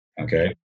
Okay